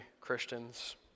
Christians